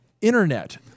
internet